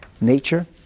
nature